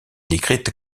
décrite